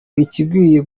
igikwiye